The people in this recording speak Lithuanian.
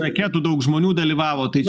raketų daug žmonių dalyvavo tai